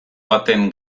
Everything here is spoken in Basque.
baten